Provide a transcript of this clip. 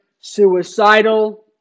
suicidal